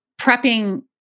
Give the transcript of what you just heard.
prepping